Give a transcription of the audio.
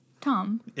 Tom